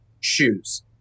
shoes